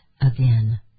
again